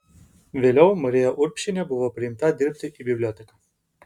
vėliau marija urbšienė buvo priimta dirbti į biblioteką